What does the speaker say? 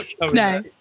No